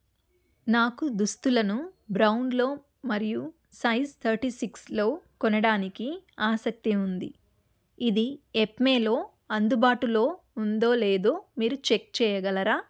నాకు దుస్తులను బ్రౌన్లో మరియు సైజ్ థర్టీ సిక్స్లో కొనడానికి ఆసక్తి ఉంది ఇది యెప్మేలో అందుబాటులో ఉందో లేదో మీరు చెక్ చేయగలరా